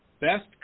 Best